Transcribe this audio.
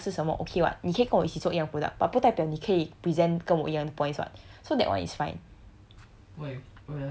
所以我刚刚想到 product 是什么 okay [what] 你可以跟我一起做一样 product but 不代表你可以 present 跟我一样的 points [what] so that one is fine